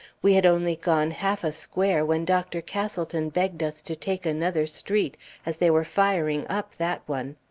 we had only gone half a square when dr. castleton begged us to take another street, as they were firing up that one.